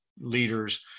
leaders